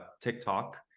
TikTok